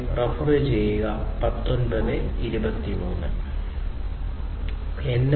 NFC 13